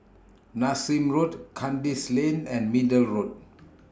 Nassim Road Kandis Lane and Middle Road